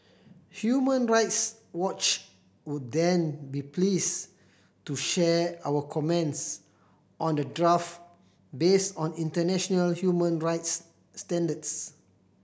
Human Rights Watch would then be pleased to share our comments on the draft based on international human rights standards